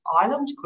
island